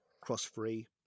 cross-free